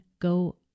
go